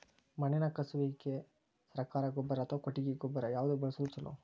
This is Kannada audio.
ಮಣ್ಣಿನ ಕಸುವಿಗೆ ಸರಕಾರಿ ಗೊಬ್ಬರ ಅಥವಾ ಕೊಟ್ಟಿಗೆ ಗೊಬ್ಬರ ಯಾವ್ದು ಬಳಸುವುದು ಛಲೋ?